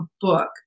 book